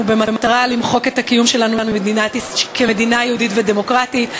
במטרה למחוק את הקיום שלנו כמדינה יהודית ודמוקרטית.